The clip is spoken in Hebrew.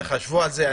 תחשבו על זה.